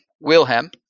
Wilhelm